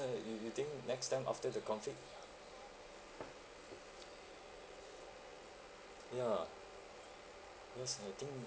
right you would think next time after the COVID ya yes I think